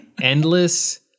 endless